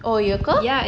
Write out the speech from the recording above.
oh ya ke